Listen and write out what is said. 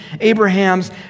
Abraham's